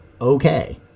Okay